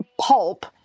pulp